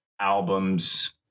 albums